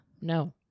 No